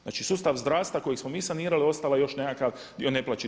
Znači sustav zdravstva koji smo mi sanirali ostao je još nekakav dio neplaćen.